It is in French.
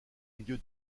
milieu